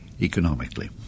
economically